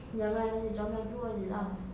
jangan kasih dia jump down keluar jer lah